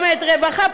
רווחה,